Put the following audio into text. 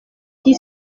qui